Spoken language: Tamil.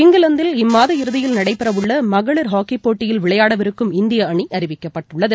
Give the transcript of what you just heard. இங்கிவாந்தில் இம்மாத இறுதியில் நடைபெறவுள்ளமகளிர் ஹாக்கிபோட்டியில் விளையாடவிருக்கும் இந்திய அணி அறிவிக்கப்பட்டுள்ளது